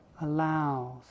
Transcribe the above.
allows